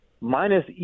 minus